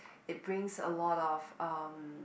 it brings a lot of um